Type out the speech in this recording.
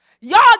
y'all